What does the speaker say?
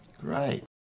Great